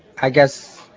i guess,